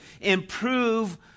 improve